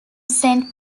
saint